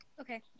Okay